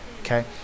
okay